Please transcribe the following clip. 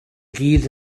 gyd